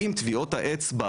רועי,